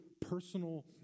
personal